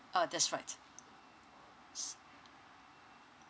ah that's right